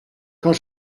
quand